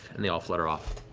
and they all flutter off.